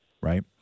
right